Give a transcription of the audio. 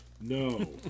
No